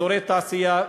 אזורי תעשייה,